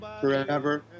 Forever